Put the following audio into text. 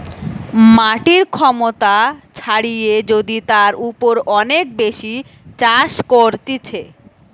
মাটির ক্ষমতা ছাড়িয়ে যদি তার উপর অনেক বেশি চাষ করতিছে